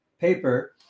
paper